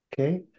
okay